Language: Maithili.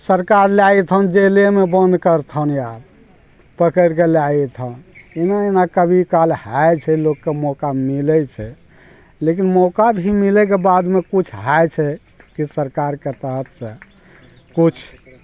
सरकार लऽ एथुन जेलेमे बन्द करथुन आब पकैड़के लए जेथुन एना एना कभी काल होइ छै लोकके मौका मिलै छै लेकिन मौका भी मिलैके बादमे किछु होइ छै कि सरकारके तहत सऽ किछु